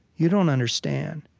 you don't understand.